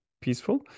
peaceful